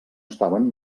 estaven